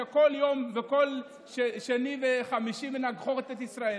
שבכל שני וחמישי מנגחות את ישראל.